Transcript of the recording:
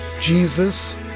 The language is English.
Jesus